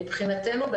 מבחינתנו,